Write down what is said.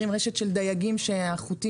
במאות הסתייגויות ואחת שהיא לגבי אילת,